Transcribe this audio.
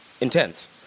intense